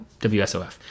WSOF